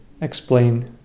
explain